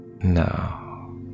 now